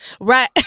Right